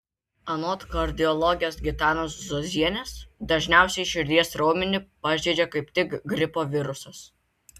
anot kardiologės gitanos zuozienės dažniausiai širdies raumenį pažeidžia kaip tik gripo virusas